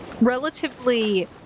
relatively